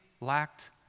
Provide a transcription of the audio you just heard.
lacked